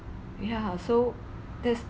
yeah so there's